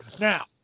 Now